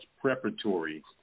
preparatory